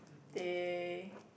they